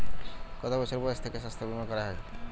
কত বছর বয়স থেকে স্বাস্থ্যবীমা করা য়ায়?